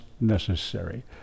necessary